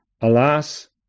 Alas